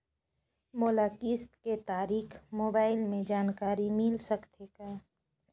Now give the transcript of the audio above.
मोला किस्त के तारिक मोबाइल मे जानकारी मिल सकथे का?